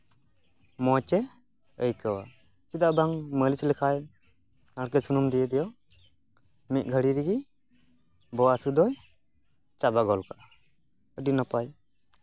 ᱢᱚᱸᱪᱮ ᱟᱹᱭᱠᱟᱹᱣᱟ ᱪᱮᱫᱟᱜ ᱵᱟᱝ ᱢᱟᱹᱞᱤᱥ ᱞᱮᱠᱷᱟᱡ ᱱᱟᱲᱠᱮᱞ ᱥᱩᱱᱩᱢ ᱫᱤᱭᱮ ᱫᱚ ᱢᱤᱫ ᱜᱷᱟᱹᱲᱤᱡ ᱨᱮᱜᱮ ᱵᱚᱦᱚᱜ ᱦᱟᱹᱥᱩ ᱫᱚ ᱪᱟᱵᱟ ᱜᱚᱫ ᱠᱟᱜᱼᱟ ᱟᱹᱰᱤ ᱱᱟᱯᱟᱭ